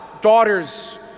daughters